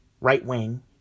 right-wing